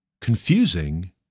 confusing